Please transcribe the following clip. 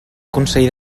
consell